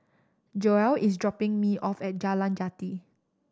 Joell is dropping me off at Jalan Jati